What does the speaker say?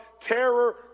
terror